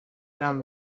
them